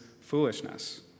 foolishness